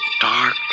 dark